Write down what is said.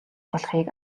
болохыг